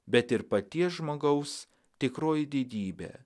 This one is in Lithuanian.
bet ir paties žmogaus tikroji didybė